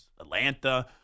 Atlanta